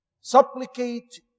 Supplicate